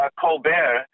Colbert